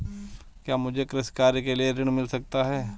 क्या मुझे कृषि कार्य के लिए ऋण मिल सकता है?